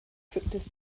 strictest